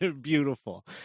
Beautiful